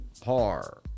par